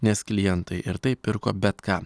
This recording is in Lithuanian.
nes klientai ir taip pirko bet ką